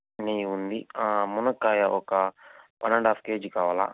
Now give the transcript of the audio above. నెయ్యి ఉంది మునక్కాయ ఒక వన్ అండ్ ఆఫ్ కేజీ కావాలి